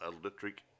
Electric